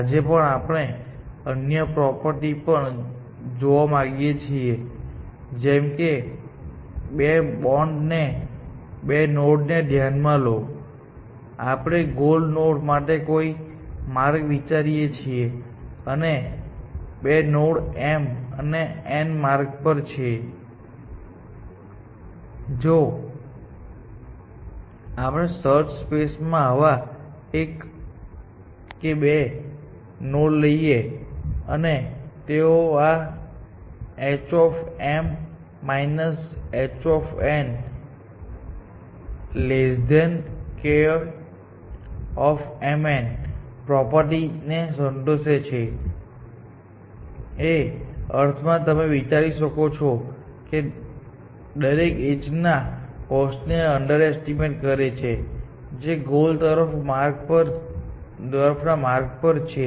આજે આપણે અન્ય પ્રોપર્ટી પણ જોવા માંગીએ છીએ જેમ કે બે નોડ ને ધ્યાનમાં લો આપણે ગોલ નોડ માટે કોઈ માર્ગ વિચારીએ છીએ અને બે નોડ m અને n માર્ગ પર છે જો આપણે સર્ચ સ્પેસ માં આવા એક કે બે નોડ લઈએ અને તેઓ આ h h k mn property ને સંતોષે છે એક અર્થમાં તમે વિચારી શકો છો કે તે દરેક એજ ના કોસ્ટ ને અંડરએસ્ટીમેટ કરે છે જે ગોલ તરફના માર્ગ પર છે